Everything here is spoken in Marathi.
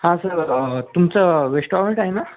हा सर तुमचं रेस्टॉरंट आहे ना